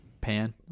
Pan